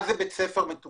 מה זה בית ספר מתוקשב?